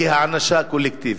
כהענשה קולקטיבית.